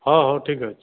ହଁ ହଉ ଠିକ୍ ଅଛି